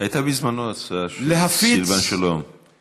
הייתה בזמנו הצעה של סילבן שלום, הצעה כזאת.